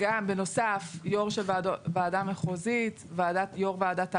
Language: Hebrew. בנוסף, יו"ר של ועדה מחוזית, יו"ר ועדת ערר.